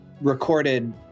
recorded